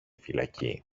φυλακή